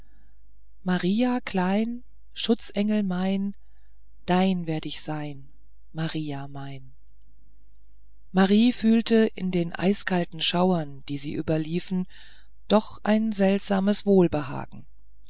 maria klein schutzenglein mein dein werd ich sein maria mein marie fühlte in den eiskalten schauern die sie überliefen doch ein seltsames wohlbehagen